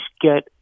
get